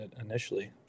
initially